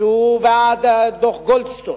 שהוא בעד דוח-גולדסטון.